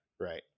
right